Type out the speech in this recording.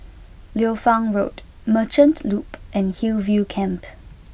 Liu Fang Road Merchant Loop and Hillview Camp